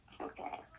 okay